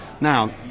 Now